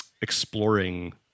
exploring